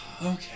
Okay